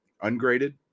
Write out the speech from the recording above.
ungraded